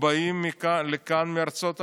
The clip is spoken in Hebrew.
באים לכאן מארצות הברית,